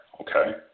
okay